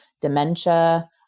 dementia